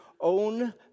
own